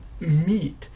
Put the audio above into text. meet